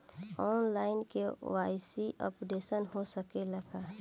आन line KYC updation हो सकेला का?